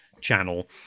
channel